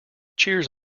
cheers